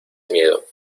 miedo